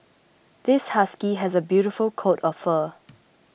this husky has a beautiful coat of fur